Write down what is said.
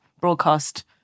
broadcast